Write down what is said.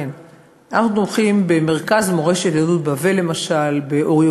אנחנו תומכים במרכז מורשת יהדות בבל באור-יהודה,